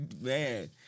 Man